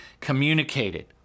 communicated